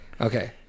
Okay